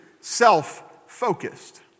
self-focused